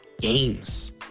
games